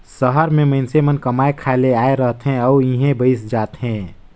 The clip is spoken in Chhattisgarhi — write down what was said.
सहर में मइनसे मन कमाए खाए ले आए रहथें अउ इहें बइस जाथें